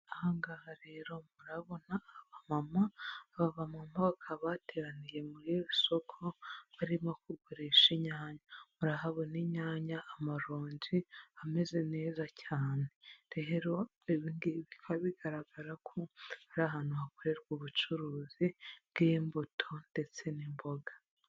Aha ngaha rero murahabona abamama, aba bamama bakaba bateraniye muri iri soko barimo kuguri inyanya, murahabona inyanya, amaronji ameze neza cyane, rero ibi ngibi bikaba bigaragara ko ari ahantu hakorerwa ubucuruzi bw'imbuto ndetse n'imboga.